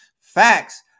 facts